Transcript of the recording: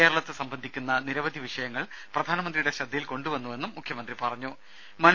കേരളത്തെ സംബന്ധിക്കുന്ന നിരവധി വിഷയങ്ങൾ പ്രധാനമന്ത്രിയുടെ ശ്രദ്ധയിൽ കൊണ്ടുവന്നുവെന്നും മുഖ്യമന്ത്രി പറഞ്ഞു